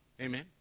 Amen